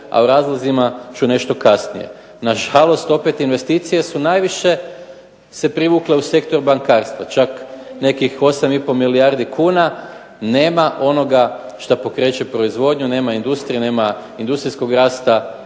a o razlozima ću nešto kasnije. Na žalost investicije su najviše se privukle u sektor bankarstva, čak nekih 8,5 milijardi kuna, nema onoga što pokreće proizvodnju, nema industrije, nema industrijskog rasta